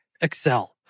Excel